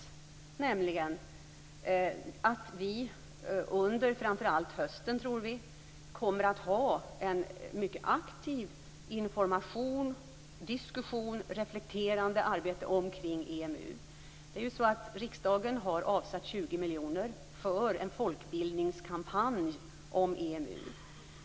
Vi kommer nämligen, troligen framför allt under hösten, att ha en mycket aktiv information och diskussion och ett reflekterande arbete omkring EMU. Riksdagen har ju avsatt 20 miljoner kronor för en folkbildningskampanj om EMU.